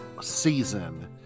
season